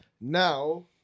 Now